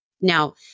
Now